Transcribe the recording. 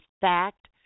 fact